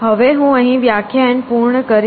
હવે હું અહીં વ્યાખ્યાયન પૂર્ણ કરીશ